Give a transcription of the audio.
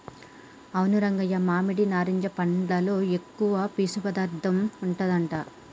అవును రంగయ్య మామిడి నారింజ పండ్లలో ఎక్కువ పీసు పదార్థం ఉంటదట